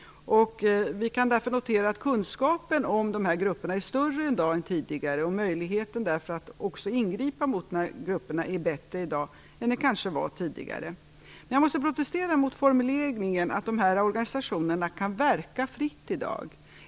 Vi kan därför notera att kunskapen om de här grupperna är större nu än tidigare och att möjligheten att också ingripa mot de här grupperna är bättre i dag än den kanske var tidigare. Men jag måste protestera mot formuleringen att de här organisationerna kan verka fritt.